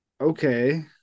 okay